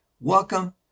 Welcome